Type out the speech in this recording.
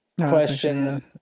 question